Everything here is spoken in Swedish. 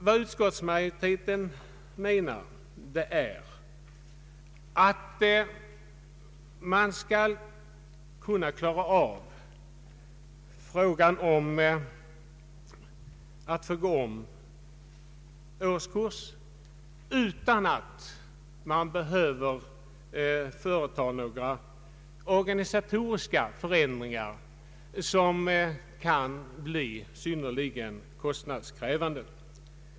Vad utskottsmajoriteten menar är att man skall kunna låta elever gå om årskursen utan att man behöver företa några organisatoriska förändringar, som skulle kunna bli synnerligen kostnadskrävande.